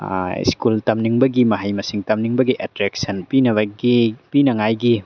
school ꯇꯝꯅꯤꯡꯕꯒꯤ ꯃꯍꯩ ꯃꯁꯤꯡ ꯇꯝꯅꯤꯡꯕꯒꯤ ꯑꯦꯇ꯭ꯔꯦꯛꯁꯟ ꯄꯤꯅꯕꯒꯤ ꯄꯤꯅꯉꯥꯏꯒꯤ